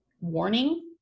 warning